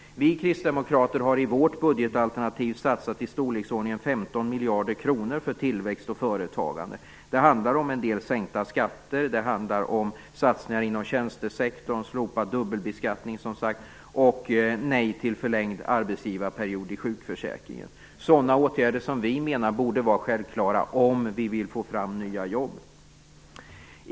Vi kristdemokrater har i vårt budgetalternativ satsat i storleksordningen 15 miljarder kronor för tillväxt och företagande. Det handlar om en del sänkta skatter, om satsningar i tjänstesektorn, om slopad dubbelbeskattning och om nej till förlängd arbetsgivarperiod i sjukförsäkringen - sådana åtgärder som vi anser vara självklara om man vill få fram nya jobb.